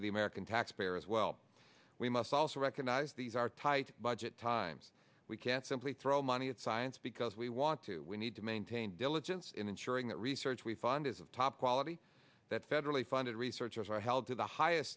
to the american taxpayer as well we must also recognize these are tight budget times we can't simply throw money at science because we want to we need to maintain diligence in ensuring that research we find is of top quality that federally funded researchers are held to the highest